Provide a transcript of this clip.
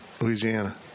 Louisiana